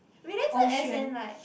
related as in like